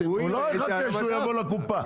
הוא לא יחכה שהוא יגיע לקופה.